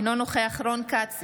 אינו נוכח רון כץ,